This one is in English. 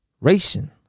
racing